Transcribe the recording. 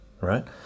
right